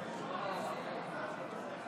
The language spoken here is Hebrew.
לוועדה שתקבע ועדת הכנסת